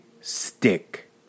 stick